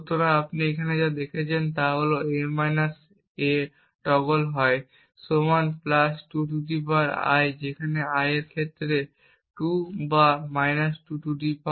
সুতরাং আপনি এখানে যা দেখছেন তা হল a - a হয় সমান 2 I যেখানে I এই ক্ষেত্রে 2 বা 2 I